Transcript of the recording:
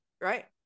right